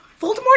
voldemort